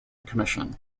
commission